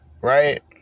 right